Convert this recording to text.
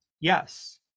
Yes